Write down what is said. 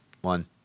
one